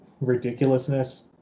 ridiculousness